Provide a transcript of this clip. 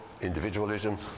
individualism